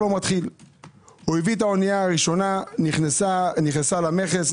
את האוניה הראשונה נכנסה למכס,